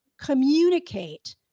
communicate